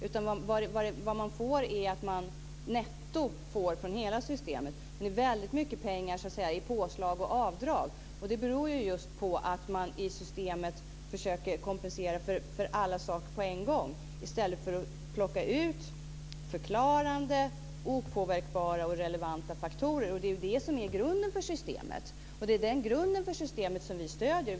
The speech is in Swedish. Det som man får får man netto från hela systemet, men det blir väldigt mycket pengar i påslag och avdrag. Detta beror just på att man i systemet försöker kompensera för alla saker på en gång i stället för att plocka ut förklarande, opåverkbara och relevanta faktorer. Det är ju det som är grunden för systemet - och det är den grunden som vi stöder.